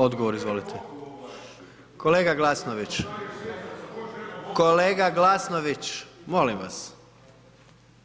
Odgovor, izvolite. ... [[Upadica se ne čuje.]] Kolega Glasnović, kolega Glasnović, molim vas,